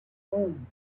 home